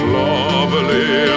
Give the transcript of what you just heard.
lovely